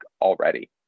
already